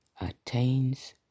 attains